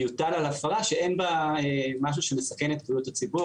יוטל על הפרה שאין בה משהו שמסכן את בריאות הציבור